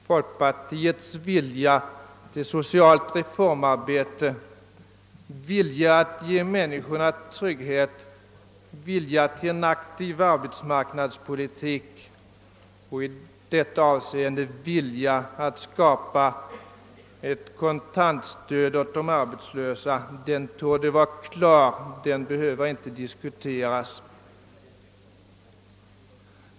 Folkpartiets vilja till socialt reformarbete, vilja att ge människorna trygghet, vilja att föra en aktiv arbetsmarknadspolitik och — i detta fall — vilja att skapa ett kontanistöd åt de arbetslösa, den viljan är klar och behöver inte diskuteras.